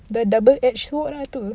dah double edged sword lah itu